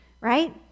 right